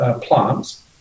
plants